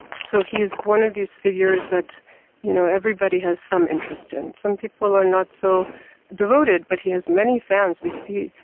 so, he is one of these figures that you know everybody has some interest in. some people are not so devoted, but he has many fans. we see,